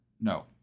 no